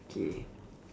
K